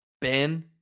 Ben